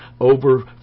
over